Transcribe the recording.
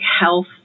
health